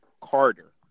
Carter